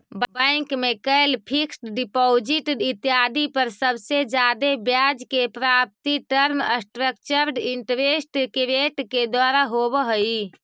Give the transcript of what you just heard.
bank में कैल fixed deposit इत्यादि पर सबसे जादे ब्याज के प्राप्ति टर्म स्ट्रक्चर्ड इंटरेस्ट रेट के द्वारा होवऽ हई